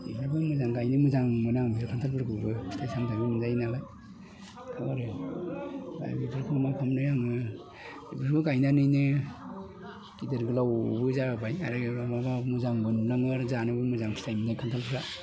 बो मोजां गायनो मोजां मोनो आं खानथाल फोरखौबो फिथाइ सामथाइबो मोनजायो नालाय बेफोरखौ गायनानैनो गिदोर गोलावबो जाहोबाय आरो मोजां मोनलाङो आरो जानोबो मोजां मोनो खान्थालफ्रा